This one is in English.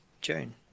June